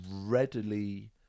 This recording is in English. readily